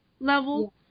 level